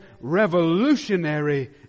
revolutionary